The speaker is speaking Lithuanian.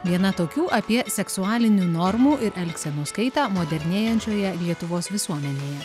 viena tokių apie seksualinių normų ir elgsenos kaitą modernėjančioje lietuvos visuomenėje